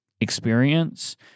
experience